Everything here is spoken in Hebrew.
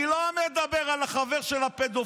אני לא מדבר על החבר של הפדופיל,